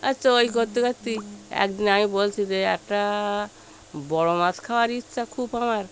আচ্ছা ওই করতে করতেই একদিন আমি বলছি যে একটা বড় মাছ খাওয়ার ইচ্ছা খুব আমার